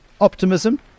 Optimism